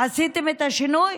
עשיתם את השינוי.